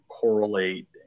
correlate